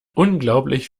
unglaublich